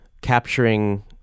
capturing